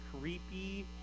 creepy